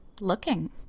looking